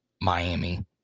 Miami